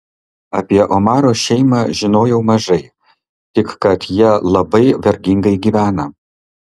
apie omaro šeimą žinojau mažai tik kad jie labai vargingai gyvena